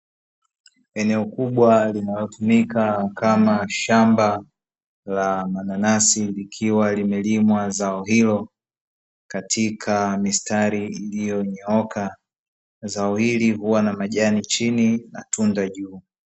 Eneo kubwa linalotumika kama shamba la mananasi, likiwa limelimwa zao hilo katika mistari iliyonyooka zao hili huwa na majani chini tunda juu.